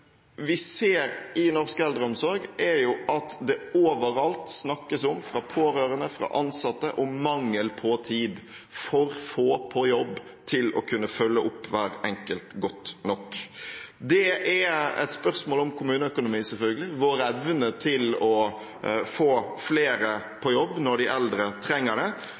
overalt snakkes – fra pårørende, fra ansatte – om mangel på tid, at det er for få på jobb til å kunne følge opp hver enkelt godt nok. Dette er et spørsmål om kommuneøkonomi, selvfølgelig, om vår evne til å få flere på jobb når de eldre trenger det.